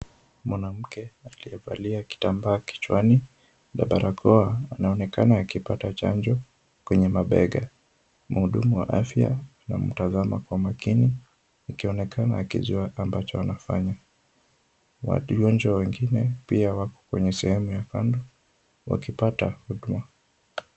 Mwanamke aliyevalia kitambaa kichwani na barakoa, anaonekana akipata chanjo kwenye mabega. Mhudumu wa afya anamtazama kwa makini, akionekana akijua ambacho anafanya, wagonjwa wengine pia wako kwenye sehemu ya kando wakipata huduma.